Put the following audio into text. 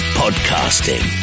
podcasting